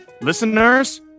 listeners